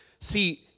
See